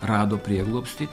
rado prieglobstį